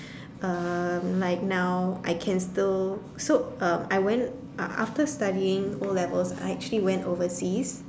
um like now I can still so uh I went uh after studying O-levels I actually went overseas